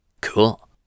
cool